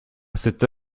cette